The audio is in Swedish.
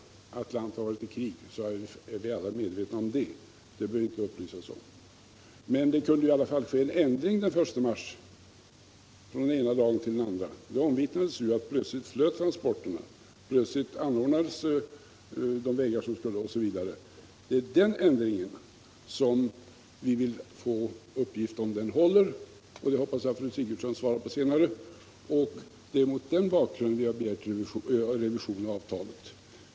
Att landet har varit i krig är vi alla medvetna om; det behöver vi inte upplysas om. Men det kunde i alla fall ske en ändring den 1 mars från den ena dagen till den andra, det omvittnades ju att plötsligt flöt transporterna, plötsligt anordnades de vägar som behövdes, osv. Vi vill få uppgift om den ändringen håller, och jag hoppas att fru Sigurdsen svarar på det senare. Det är mot den bakgrunden vi har begärt en revision av avtalet.